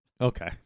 Okay